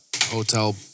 hotel